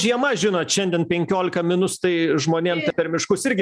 žiema žinot šiandien penkiolika minus tai žmonėm per miškus irgi